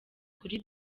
kuri